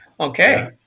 Okay